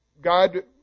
God